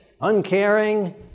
uncaring